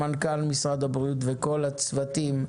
ממנכ"ל משרד הבריאות וכל הצוותים,